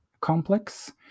complex